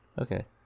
Okay